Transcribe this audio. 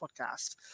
podcast